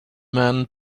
man